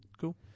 Cool